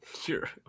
Sure